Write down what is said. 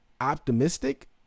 optimistic